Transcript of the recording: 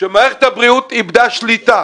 שמערכת הבריאות איבדה שליטה